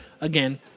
Again